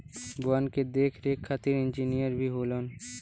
वन के देख रेख खातिर इंजिनियर भी होलन